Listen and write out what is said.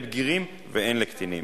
תודה רבה, גם בשמי, לכל העוסקות במלאכה.